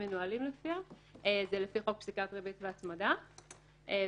דווח לה עליו לפי סעיפים 19א או 19ב,